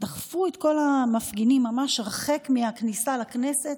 דחפו את כל המפגינים הרחק מהכניסה לכנסת,